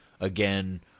again